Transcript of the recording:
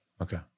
Okay